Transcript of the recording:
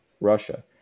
Russia